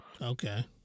Okay